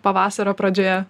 pavasario pradžioje